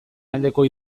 aldeko